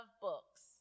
books